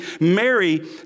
Mary